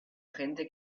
gente